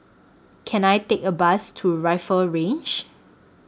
Can I Take A Bus to Rifle Range